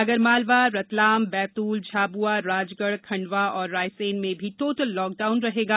आगर मालवा रतलाम बैतूल झाबुआ राजगढ़ खंडवा और रायसेन में भी टोटल लॉकडान रहेगा